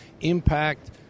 impact